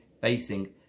facing